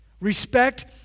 respect